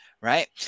right